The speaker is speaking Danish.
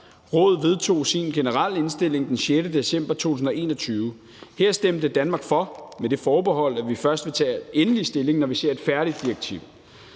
Rådet vedtog sin generelle indstilling den 6. december 2021. Her stemte Danmark for med det forbehold, at vi først vil tage endelig stilling, når vi ser et færdigt direktiv.